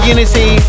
Unity